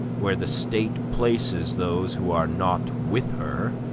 where the state places those who are not with her,